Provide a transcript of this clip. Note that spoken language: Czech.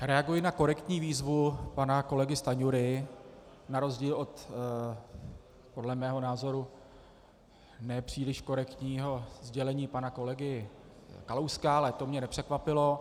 Reaguji na korektní výzvu pana kolegy Stanjury, na rozdíl od podle mého názoru nepříliš korektního sdělení pana kolegy Kalouska, ale to mě nepřekvapilo.